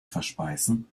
verspeisen